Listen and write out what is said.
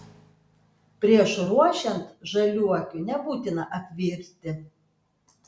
prieš ruošiant žaliuokių nebūtina apvirti